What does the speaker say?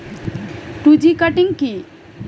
Two G cutting কি?